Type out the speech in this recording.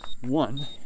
One